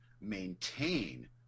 maintain